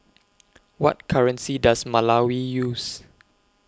What currency Does Malawi use